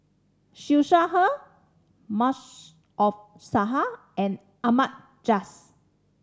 Siew Shaw Her Maarof Salleh and Ahmad Jais